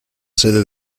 sede